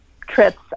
trips